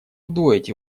удвоить